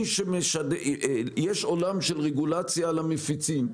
יש עולם של רגולציה למפיצים,